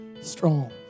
strong